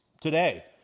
today